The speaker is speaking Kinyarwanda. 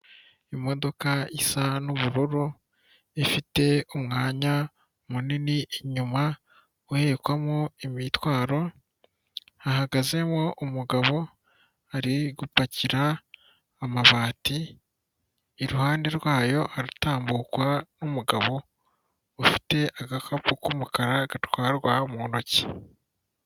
Imodoka isa n'ubururu ifite umwanya munini inyuma uhekwamo imitwaro. Hahagazemo umugabo ari gupakira amabati, iruhande rwayo haratambukwa n'umugabo ufite agakapu k'umukara gatwarwa mu ntoki.